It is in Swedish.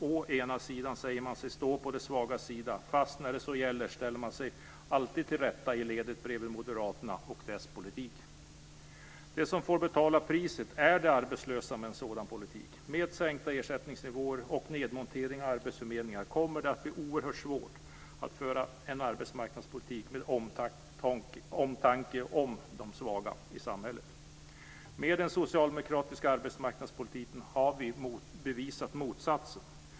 Å ena sidan säger man sig stå på de svagas sida. Men när det gäller ställer man sig alltid till rätta i ledet bredvid moderaterna och deras politik. De som får betala priset med en sådan politik är de arbetslösa. Med sänkta ersättningsnivåer och nedmontering av arbetsförmedlingar kommer det att bli oerhört svårt att föra en arbetsmarknadspolitik med omtanke om de svaga i samhället. Med den socialdemokratiska arbetsmarknadspolitiken har vi bevisat motsatsen.